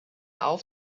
auf